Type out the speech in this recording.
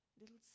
little